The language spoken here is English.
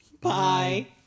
bye